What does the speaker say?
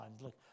look